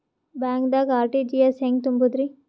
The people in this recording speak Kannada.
ಬ್ಯಾಂಕ್ದಾಗ ಆರ್.ಟಿ.ಜಿ.ಎಸ್ ಹೆಂಗ್ ತುಂಬಧ್ರಿ?